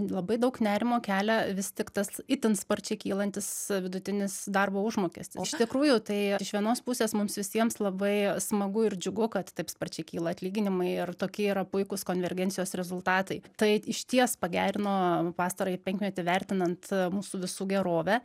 labai daug nerimo kelia vis tik tas itin sparčiai kylantis vidutinis darbo užmokestis iš tikrųjų tai iš vienos pusės mums visiems labai smagu ir džiugu kad taip sparčiai kyla atlyginimai ir tokie yra puikūs konvergencijos rezultatai tai išties pagerino pastarąjį penkmetį vertinant mūsų visų gerovę